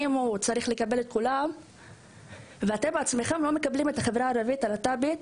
צריך לקבל את כולם.״ אבל הם בעצמם לא מקבלים את החברה הערבית הלהט״בית,